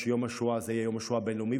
שיום השואה יהיה יום השואה הבין-לאומי,